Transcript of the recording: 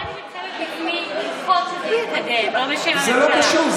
(אומרת בשפת הסימנים: שזה יתקדם.) זה לא קשור,